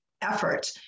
effort